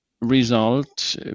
result